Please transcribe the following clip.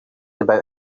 about